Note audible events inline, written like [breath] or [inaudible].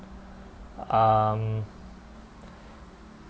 um [breath]